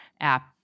app